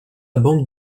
banque